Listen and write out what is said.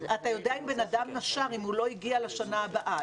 אתה יודע אם בן אדם נשר אם הוא לא הגיע לשנה הבאה.